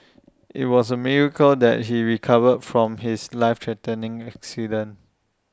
IT was A miracle that he recovered from his life threatening accident